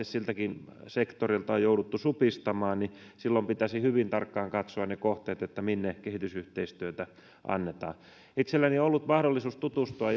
siltäkin sektorilta on jouduttu supistamaan niin silloin pitäisi hyvin tarkkaan katsoa ne kohteet minne kehitysyhteistyötä annetaan itselläni on ollut mahdollisuus tutustua